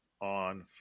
on